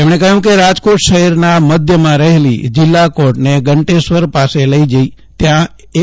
તેમણે કહ્યું કે રાજકોટ શહેરના મધ્યમાં રહેલી જિલ્લા કોર્ટને ઘંટેશ્વર પાસે લઇ જઇ ત્યાં રૂ